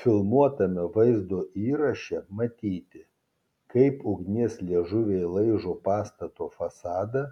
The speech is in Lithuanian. filmuotame vaizdo įraše matyti kaip ugnies liežuviai laižo pastato fasadą